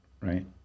right